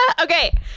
Okay